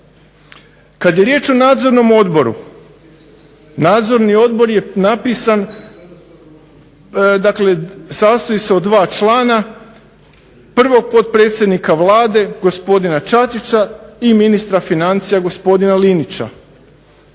Kad je riječ o nadzornom odboru, nadzorni odbor je napisan, dakle sastoji se od 2 člana – prvog potpredsjednika Vlade gospodina Čačića i ministra financija gospodina Linića.